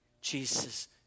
Jesus